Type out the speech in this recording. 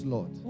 Lord